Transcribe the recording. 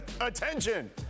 attention